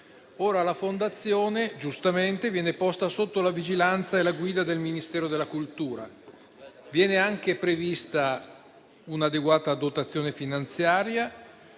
La fondazione viene giustamente posta sotto la vigilanza e la guida del Ministero della cultura; viene anche prevista un'adeguata dotazione finanziaria,